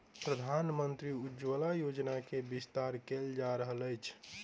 प्रधानमंत्री उज्ज्वला योजना के विस्तार कयल जा रहल अछि